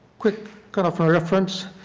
quick cut off ah reference.